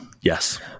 Yes